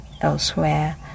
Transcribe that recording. elsewhere